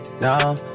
No